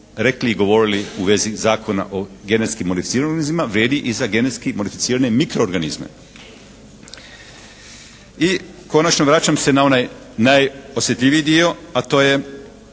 rekli i govorili u vezi Zakona o genetski modificiranim organizmima vrijedi i za genetski modificirane mikroorganizme. I konačno, vraćam se na onaj najosjetljiviji dio, a to je